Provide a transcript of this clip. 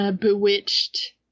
Bewitched